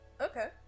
Okay